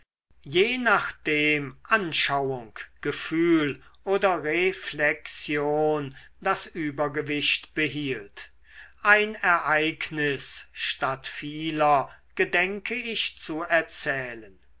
je nachdem anschauung gefühl oder reflexion das übergewicht behielt ein ereignis statt vieler gedenke ich zu erzählen